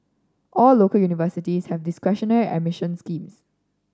all local universities have discretionary admission schemes